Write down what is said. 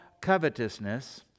covetousness